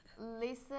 lisa